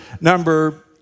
number